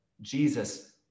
Jesus